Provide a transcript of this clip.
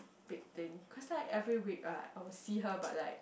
big thing cause like every week uh I will see her but like